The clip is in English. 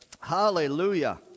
Hallelujah